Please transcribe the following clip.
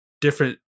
different